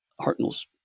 Hartnell's